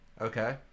Okay